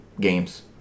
games